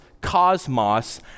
cosmos